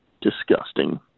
disgusting